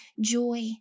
joy